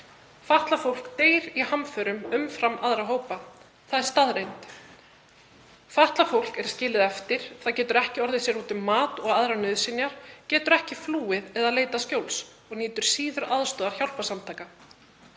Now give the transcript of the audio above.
Fatlað fólk deyr í hamförum umfram aðra hópa. Það er staðreynd. Fatlað fólk er skilið eftir. Það getur ekki orðið sér úti um mat og aðrar nauðsynjar, það getur ekki flúið eða leitað skjóls og nýtur síður aðstoðar hjálparsamtaka.